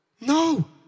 No